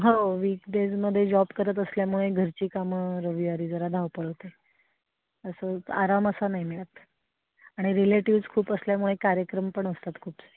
हो वीक डेजमध्ये जॉब करत असल्यामुळे घरची कामं रविवारी जरा धावपळ होते असं आराम असा नाही मिळत आणि रिलेटिव्स खूप असल्यामुळे कार्यक्रम पण असतात खूपसे